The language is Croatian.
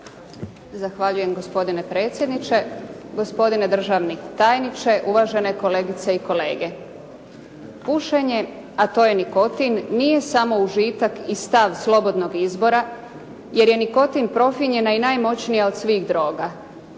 Zahvaljujem, gospodine predsjedniče. Gospodine državni tajniče, uvažene kolegice i kolege. Pušenje, a to je nikotin, nije samo užitak i stav slobodnog izbora jer je nikotin profinjena i najmoćnija od svih droga.